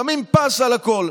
שמים פס על הכול.